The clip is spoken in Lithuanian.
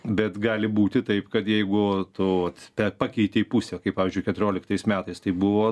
bet gali būti taip kad jeigu tu vat pakeitei pusę kaip pavyzdžiui keturioliktais metais tai buvo